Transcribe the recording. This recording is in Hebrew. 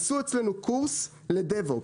עשו אצלנו קורס לדבופס.